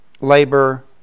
labor